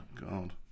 god